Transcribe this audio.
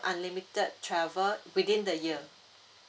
unlimited travel within the year